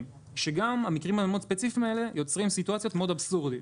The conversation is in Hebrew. כאשר גם המקרים המאוד ספציפיים האלה יוצרים סיטואציות מאוד אבסורדיות.